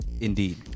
Indeed